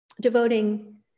Devoting